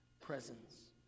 presence